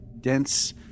dense